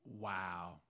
Wow